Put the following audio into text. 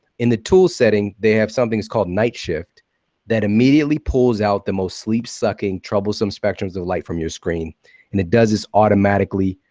in the tool setting, they have something that's called night shift that immediately pulls out the most sleep sucking troublesome spectrums of light from your screen, and it does this automatically.